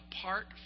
apart